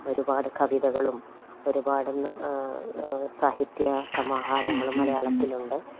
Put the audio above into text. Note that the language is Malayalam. ഒരുപാട് കവിതകളും ഒരുപാട് സാഹിത്യ സമാഹാരങ്ങളും മലയാളത്തിലുണ്ട്